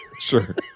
Sure